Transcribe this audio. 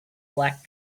black